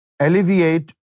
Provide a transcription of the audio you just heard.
Alleviate